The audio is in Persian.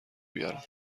بیارم